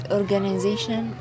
organization